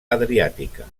adriàtica